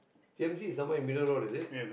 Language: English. t_n_c is somewhere in middle road is it